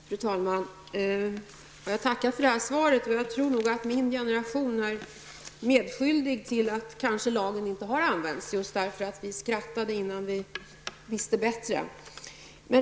Fru talman! Jag tackar för svaret. Jag tror nog att min generation är medskyldig till att lagen inte har tillämpats, just för att vi skrattade innan vi visste bättre.